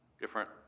different